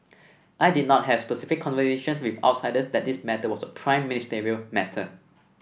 I did not have specific conversations with outsiders that this matter was a Prime Ministerial matter